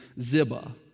Ziba